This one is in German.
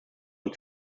und